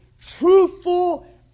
Truthful